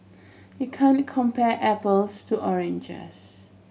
you can't compare apples to oranges